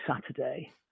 saturday